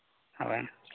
ᱦᱳᱭ